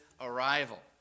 arrival